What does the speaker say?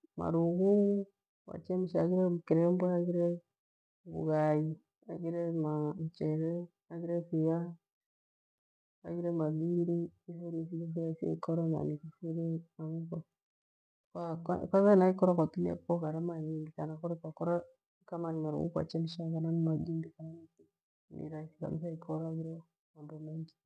Vijo ambafyo ni firahisi ikora haghire marughu kwachemsha, haghire kirembe, haghire vughai, haghire mchere, haghire via, haghire magimbi ni vijo rahisi ikoa angiu kwanzahena ikora kwatumia fo gharama nyingi thana, kole ni marughu kwachemka kana ni magimbi kana ni iki ni rahithi kabitha ikira haghireho mambo mengi.